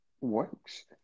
works